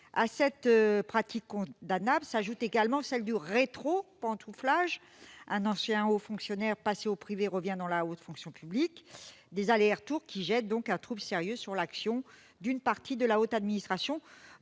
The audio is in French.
À cette pratique condamnable s'ajoute celle du rétropantouflage : un ancien haut fonctionnaire passé au privé revient dans la haute fonction publique. Ces allers-retours suscitent un trouble sérieux dans l'opinion quant à l'action d'une partie de la haute administration,